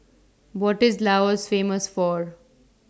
What IS Laos Famous For